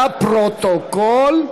לפרוטוקול.